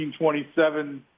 1927